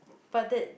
but that